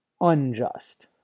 unjust